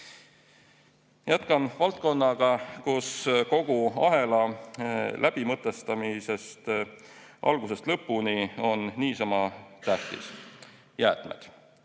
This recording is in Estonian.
Jätkan valdkonnaga, kus kogu ahela läbimõtestamine algusest lõpuni on niisama tähtis – jäätmed.